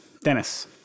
Dennis